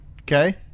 Okay